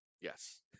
Yes